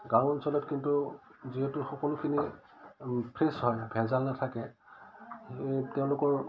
গাঁও অঞ্চলত কিন্তু যিহেতু সকলোখিনি ফ্ৰেছ হয় ভেজাল নাথাকে সেই তেওঁলোকৰ